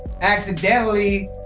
accidentally